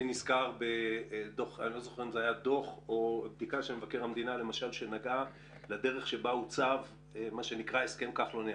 נזכר בדוח או בדיקה שנגעה לדרך שבה עוצב הסכם כחלון-יעלון,